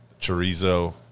chorizo